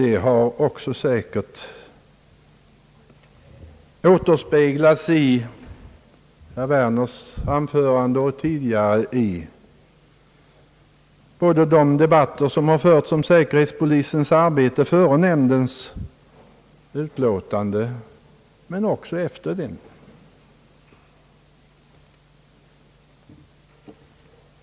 Det har säkert även återspeglats i herr Werners anförande och tidigare i de debatter som har förts om säkerhetspolisens arbete både före nämndens utlåtande och efter detsamma.